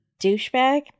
douchebag